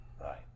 Right